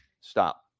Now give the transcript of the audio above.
stop